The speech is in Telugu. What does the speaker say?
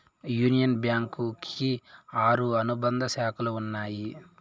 యూనియన్ బ్యాంకు కి ఆరు అనుబంధ శాఖలు ఉన్నాయి